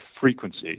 frequency